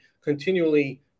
continually